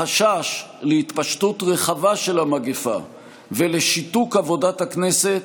החשש מהתפשטות רחבה של המגפה ומשיתוק עבודת הכנסת